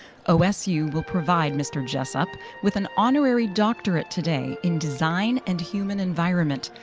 osu will provide mr. jessup with an honorary doctorate today in design and human environment,